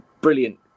brilliant